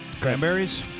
Cranberries